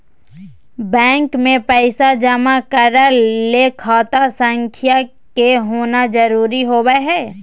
bank मे पैसा जमा करय ले खाता संख्या के होना जरुरी होबय हई